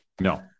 No